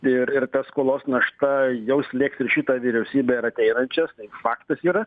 ir ir ta skolos našta jau slėgs ir šitą vyriausybę ir ateinančias tai faktas yra